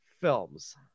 films